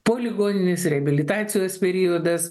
po ligoninės reabilitacijos periodas